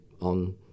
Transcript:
on